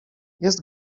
jest